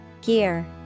Gear